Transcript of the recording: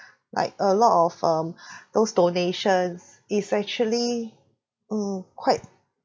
like a lot of um those donations is actually mm quite